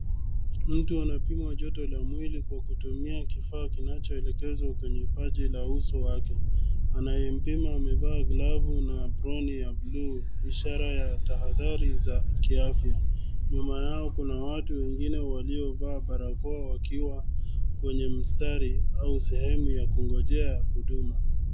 Mtu anapimwa joto la mwili kwa kiutumia kifaa kinacho chozwa kwenye upaji wa uso wake, anayempima amevaa glavu na aproni ya buluu ishara ya taadhari za kiafya nyuma yao kuna watu wengine waliovaa barakoa wakiwa kwenye mstari au sehemu ya kugojea huduma.